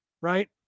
right